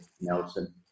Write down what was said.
Nelson